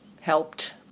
helped